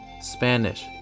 Spanish